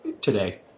today